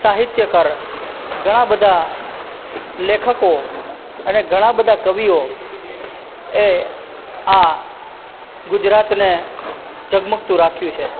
સાહિત્યકાર ઘણા બધા લેખકો અને ઘણા બધા કવિઓ એ આ ગુજરાતને જગમગતું રાખ્યું છે